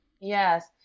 Yes